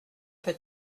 peu